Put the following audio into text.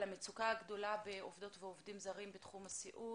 על המצוקה הגדולה בעובדות ועובדים זרים בתחום הסיעוד.